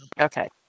Okay